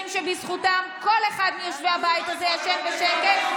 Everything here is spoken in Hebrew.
שבזכותם כל אחד מיושבי הבית הזה ישן בשקט,